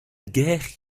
guerre